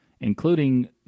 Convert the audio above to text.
including